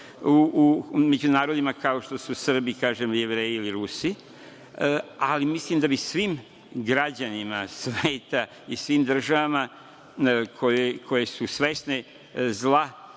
u među narodima kao što su Srbi, Jevreji i Rusi, ali mislim da bi svim građanima sveta, i svim državama koje su svesne zla